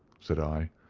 said i.